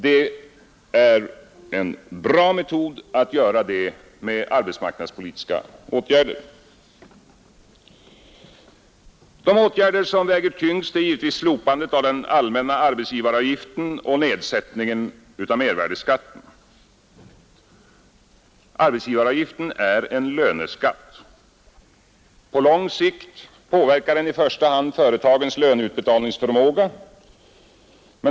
Att åstadkomma detta med arbetsmarknadspolitiska åtgärder är en bra metod. De åtgärder som väger tyngst är givetvis slopandet av den allmänna arbetsgivaravgiften och nedsättningen av mervärdeskatten. Arbetsgivaravgiften är en löneskatt. På lång sikt påverkar den i första hand företagens löneutbetalningsförmåga.